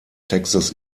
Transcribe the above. textes